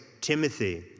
Timothy